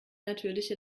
natürliche